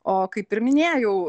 o kaip ir minėjau